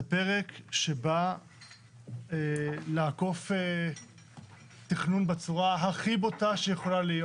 זה פרק שבא לעקוף תכנון בצורה הכי בוטה שיכולה להיות.